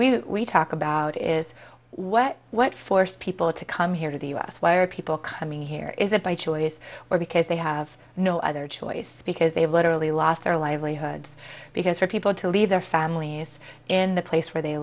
what we talk about is what what forced people to come here to the u s why are people coming here is that by choice or because they have no other choice because they have literally lost their livelihoods because for people to leave their families in the place where they